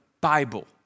Bible